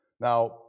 Now